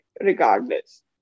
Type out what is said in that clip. regardless